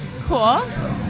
Cool